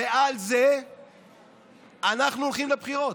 ועל זה אנחנו הולכים לבחירות,